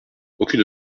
aucune